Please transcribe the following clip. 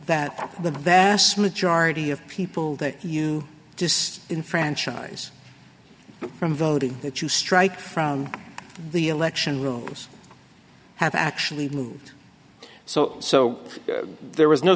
that the vast majority of people that you just enfranchise from voting that you strike from the election rules have actually moved so so there was no